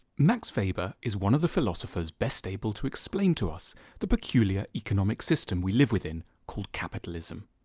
max weber is one of the philosophers best able to explain to us the peculiar economic system we live within called capitalism.